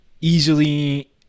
easily